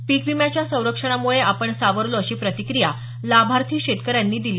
पीक विम्याच्या संरक्षणामुळे आपण सावरलो अशी प्रतिक्रिया लाभार्थी शेतकऱ्यांनी दिली